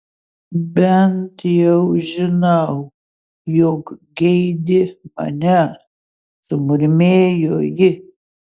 bent jau žinau jog geidi manęs sumurmėjo ji